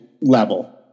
level